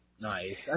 nice